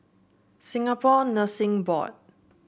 Singapore Nursing Board